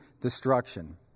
destruction